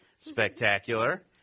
spectacular